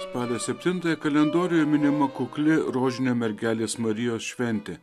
spalio septintąją kalendoriuje minima kukli rožinio mergelės marijos šventė